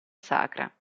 sacra